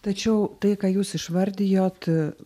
tačiau tai ką jūs išvardijot